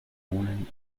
unen